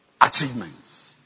achievements